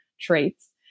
traits